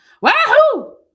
Wahoo